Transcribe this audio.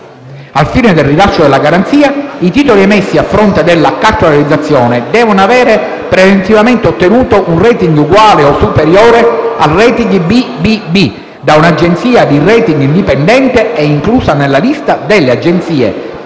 Al fine del rilascio della garanzia, i titoli emessi a fronte della cartolarizzazione devono avere preventivamente ottenuto un *rating* uguale o superiore al *rating* BBB da un'agenzia di *rating* indipendente e inclusa nella lista di quelle